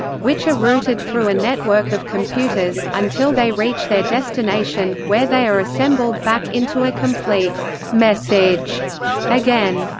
which are routed through a network of computers, until they reach their destination, where they are assembled back into a complete message again.